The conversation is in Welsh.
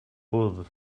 wddf